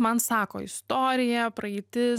man sako istorija praeitis